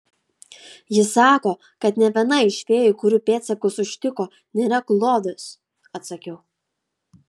ji sako kad nė viena iš fėjų kurių pėdsakus užtiko nėra klodas atsakiau